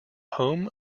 home